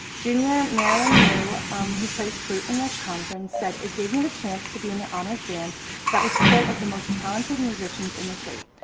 junior marilyn who plays flute in the conference said it gave me the chance to be in the honors band that was full of the most talented musicians in the state.